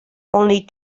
only